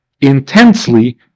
intensely